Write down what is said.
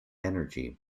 energy